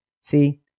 see